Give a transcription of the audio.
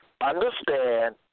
Understand